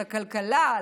לכלכלה,